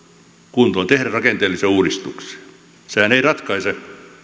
kuntoon tehdä rakenteellisia uudistuksia sehän ei ratkaise